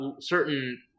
certain